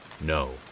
no